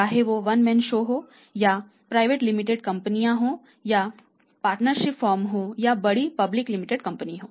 चाहे वो one man show हो या प्राइवेट लिमिटेड कंपनी हो या पार्टनरशिप फर्म हो या बड़ी पब्लिक लिमिटेड कंपनी हो